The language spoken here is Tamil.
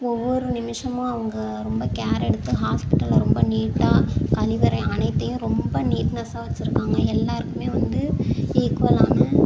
ஒவ்வொரு நிமிஷமும் அவங்க ரொம்ப கேர் எடுத்து ஹாஸ்பிட்டலை ரொம்ப நீட்டாக கழிவறை அனைத்தையும் ரொம்ப நீட்னஸாக வச்சுருக்காங்க எல்லோருக்குமே வந்து ஈக்குவலான